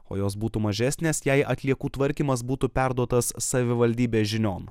o jos būtų mažesnės jei atliekų tvarkymas būtų perduotas savivaldybės žinion